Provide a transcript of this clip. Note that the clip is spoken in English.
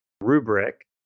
rubric